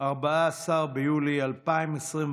14 ביולי 2021,